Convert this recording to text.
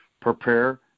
prepare